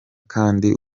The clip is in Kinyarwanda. kandi